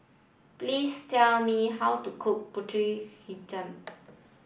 please tell me how to cook Pulut Hitam